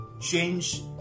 change